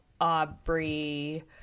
Aubrey